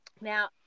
Now